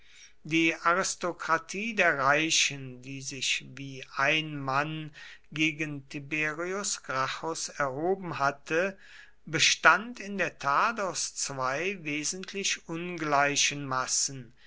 die aristokratie der reichen die sich wie ein mann gegen tiberius gracchus erhoben hatte bestand in der tat aus zwei wesentlich ungleichen massen